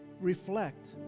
reflect